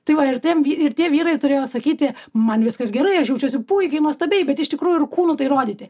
tai va ir tiem ir tie vyrai turėjo sakyti man viskas gerai aš jaučiuosi puikiai nuostabiai bet iš tikrųjų ir kūnu tai rodyti